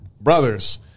brothers